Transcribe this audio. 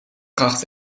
kracht